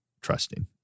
trusting